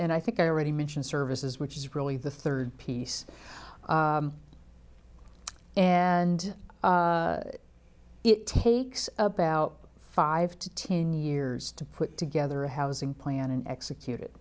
and i think i already mentioned services which is really the third piece and it takes about five to ten years to put together a housing plan and execute